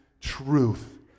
truth